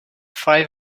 five